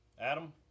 Adam